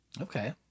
Okay